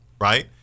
right